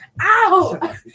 Ow